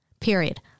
Period